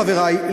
חברי,